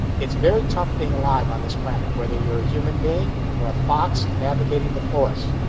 it's very tough being alive on this planet, whether you're a human being or a fox navigating the forest.